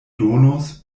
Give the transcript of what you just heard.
donos